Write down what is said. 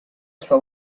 sua